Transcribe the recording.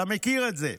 אתה מכיר את זה,